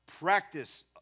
practice